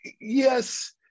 Yes